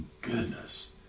goodness